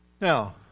Now